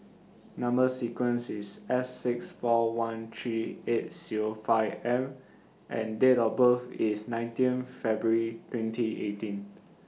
Number sequence IS S six four one three eight Zero five M and Date of birth IS nineteen February twenty eighteen